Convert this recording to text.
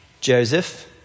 Joseph